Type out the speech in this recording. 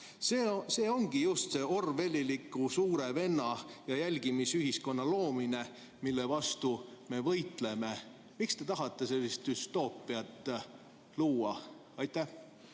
See ongi just see orwelliliku suure venna ja jälgimisühiskonna loomine, mille vastu me võitleme. Miks te tahate sellist düstoopiat luua? Aitäh!